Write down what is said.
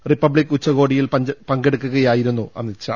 republic ഉച്ചകോടിയിൽ പങ്കെടു ക്കുകയായിരുന്നു അമിത്ഷാ